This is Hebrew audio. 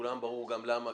ולכולם ברור גם למה,